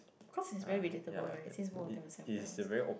cause it's very relatable right since both of them are Singaporeans